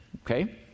okay